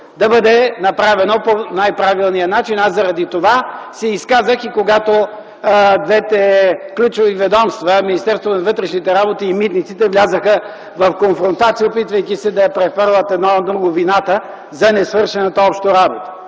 да бъде направено по най-правилният начин. Аз заради това се изказах и когато двете ключови ведомства - Министерството на вътрешните работи и Митниците, влязоха в конфронтация, опитвайки се да прехвърлят едно на друго вината за несвършената общо работа.